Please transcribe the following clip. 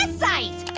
and site?